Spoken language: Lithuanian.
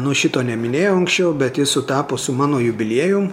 nu šito neminėjau anksčiau bet sutapo su mano jubiliejum